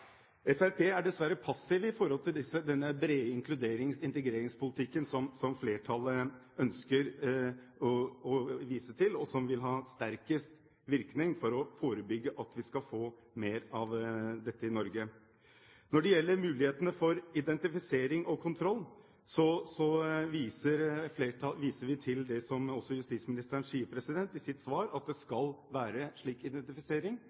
dessverre passiv i denne brede inkluderings-/integreringspolitikken som flertallet ønsker å vise til, og som vil ha sterkest virkning for å forebygge at vi får mer av dette i Norge. Når det gjelder mulighetene for identifisering og kontroll, viser vi til det som også justisministeren sier i sitt svar, at det skal være slik identifisering,